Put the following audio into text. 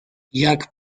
jak